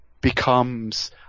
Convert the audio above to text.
becomes –